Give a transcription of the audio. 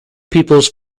peoples